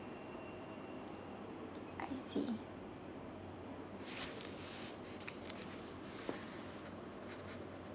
I see